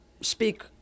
speak